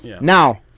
Now